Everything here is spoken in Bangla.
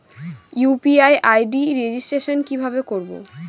ইউ.পি.আই আই.ডি রেজিস্ট্রেশন কিভাবে করব?